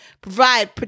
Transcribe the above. provide